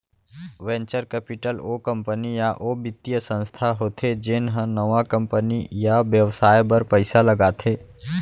venture capital ओ company या ओ बित्तीय संस्था होथे जेन ह नवा कंपनी या बेवसाय बर पइसा लगाथे